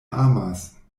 amas